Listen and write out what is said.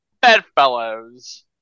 Bedfellows